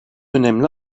önemli